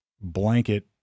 blanket